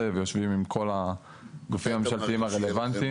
ויושבים עם כל הגופים הממשלתיים הרלוונטיים.